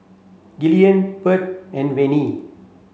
Gillian Bird and Venie